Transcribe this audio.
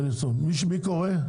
מי קורא?